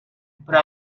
però